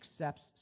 accepts